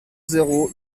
zéro